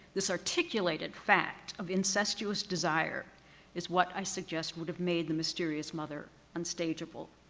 this articulated fact of incestuous desire is what i suggest would have made the mysterious mother unstageable,